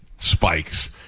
spikes